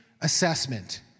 assessment